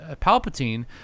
Palpatine